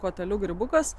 koteliu grybukas